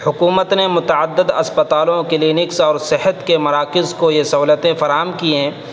حکومت نے متعدد اسپتالوں کلینکس اور صحت کے مراکز کو یہ سہولتیں فراہم کی ہیں